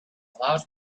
allowed